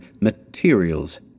materials